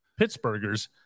Pittsburghers